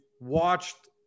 watched